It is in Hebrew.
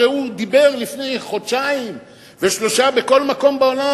הרי הוא דיבר לפני חודשיים ושלושה חודשים בכל מקום בעולם,